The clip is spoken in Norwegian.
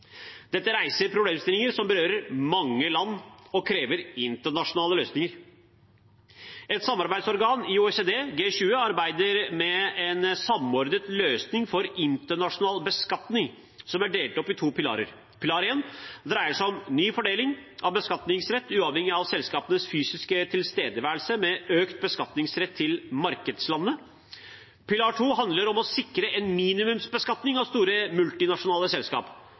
Dette reiser problemstillinger som berører mange land og krever internasjonale løsninger. Et samarbeidsorgan i OECD/G20 arbeider med en samordnet løsning for internasjonal beskatning, som er delt opp i to pilarer. Pilar 1 dreier seg om ny fordeling av beskatningsrett uavhengig av selskapenes fysiske tilstedeværelse, med økt beskatningsrett til markedslandene. Pilar 2 handler om å sikre en minimumsbeskatning av store multinasjonale selskap.